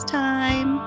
time